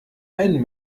ein